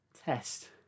Test